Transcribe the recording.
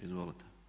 Izvolite.